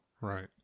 Right